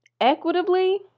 equitably